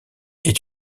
est